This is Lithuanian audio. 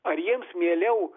ar jiems mieliau